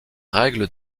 règles